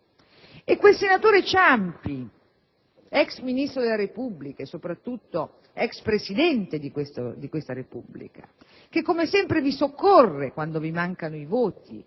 poi il senatore Ciampi, ex Ministro della Repubblica e soprattutto ex Presidente della Repubblica, che come sempre vi soccorre quando vi mancano i voti.